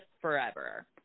forever